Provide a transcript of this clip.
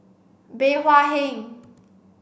Bey Hua Heng